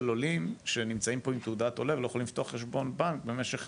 העולים שנמצאים כאן עם תעודת עולה לא יכולים לפתוח חשבון בנק במשך